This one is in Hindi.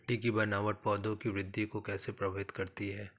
मिट्टी की बनावट पौधों की वृद्धि को कैसे प्रभावित करती है?